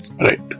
Right